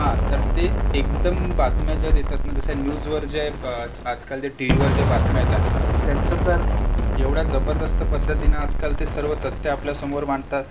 हां तर ते एकदम बातम्या ज्या देतात ना जसं न्यूजवर जे आजकाल जे टी व्हीवर ज्या बातम्या येतात त्यांचं तर एवढ्या जबरदस्त पद्धतीने आजकाल ते सर्व तथ्यं आपल्यासमोर मांडतात